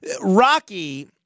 Rocky